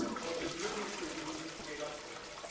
but the beauty of your book made up for it.